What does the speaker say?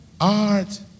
art